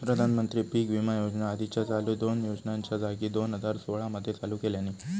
प्रधानमंत्री पीक विमा योजना आधीच्या चालू दोन योजनांच्या जागी दोन हजार सोळा मध्ये चालू केल्यानी